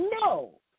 No